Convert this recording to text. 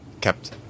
kept